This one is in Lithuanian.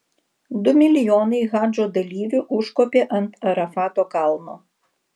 du milijonai hadžo dalyvių užkopė ant arafato kalno